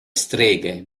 streghe